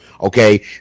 Okay